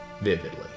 vividly